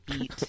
eat